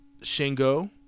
Shingo